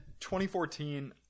2014